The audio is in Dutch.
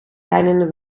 deinende